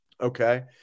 Okay